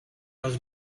was